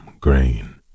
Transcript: grain